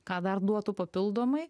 ką dar duotų papildomai